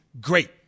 great